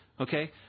Okay